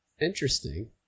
interesting